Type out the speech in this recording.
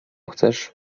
chcesz